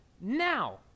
now